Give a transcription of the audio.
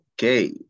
Okay